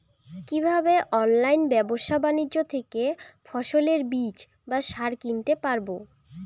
কীভাবে অনলাইন ব্যাবসা বাণিজ্য থেকে ফসলের বীজ বা সার কিনতে পারবো?